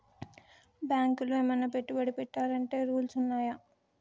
బ్యాంకులో ఏమన్నా పెట్టుబడి పెట్టాలంటే రూల్స్ ఉన్నయా?